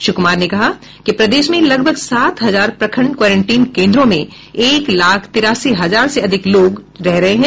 श्री कुमार ने कहा कि प्रदेश में लगभग सात हजार प्रखंड क्वारंटीन केन्द्रों में एक लाख तिरासी हजार से अधिक लोग रह रहे हैं